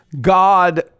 God